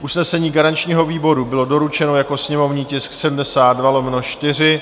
Usnesení garančního výboru bylo doručeno jako sněmovní tisk 72/4.